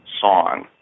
song